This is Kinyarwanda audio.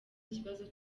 ikibazo